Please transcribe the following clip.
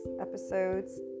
Episodes